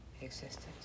Existence